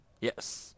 Yes